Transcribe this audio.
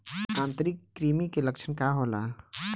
आंतरिक कृमि के लक्षण का होला?